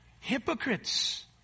Hypocrites